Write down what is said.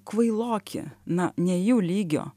kvailoki na ne jų lygio